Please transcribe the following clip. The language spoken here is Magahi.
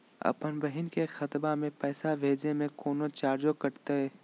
अपन बहिन के खतवा में पैसा भेजे में कौनो चार्जो कटतई?